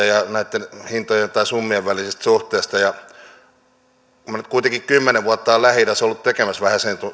ja näitten hintojen tai summien välisestä suhteesta kun minä nyt kuitenkin kymmenen vuotta olen lähi idässä ollut tekemässä vähän sen